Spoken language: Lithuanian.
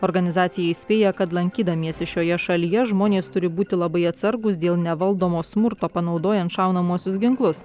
organizacija įspėja kad lankydamiesi šioje šalyje žmonės turi būti labai atsargūs dėl nevaldomo smurto panaudojant šaunamuosius ginklus